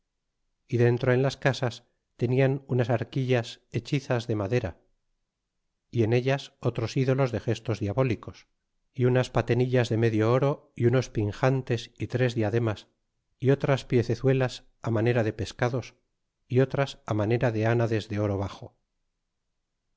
y dentro en las casas tenian unas arquillas hechizas de madera y en ellas otros ídolos de gestos diabólicos y unas patenillas de medio oro y unos pinjantes y tres diademas y otras piecezuelas manera de pescados y otras manera de anades de oro baxo